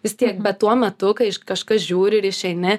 vis tiek bet tuo metu kai kažkas žiūri ir išeini